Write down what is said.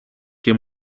και